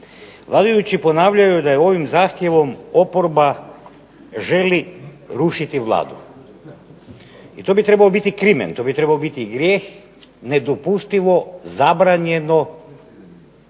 Vladajući ponavljaju da je ovim zahtjevom oporba želi rušiti Vladu. I to bi trebao biti krimen, to bi trebao biti grijeh, nedopustivo, zabranjeno,